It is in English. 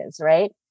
right